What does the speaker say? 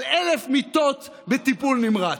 על 1,000 מיטות בטיפול נמרץ.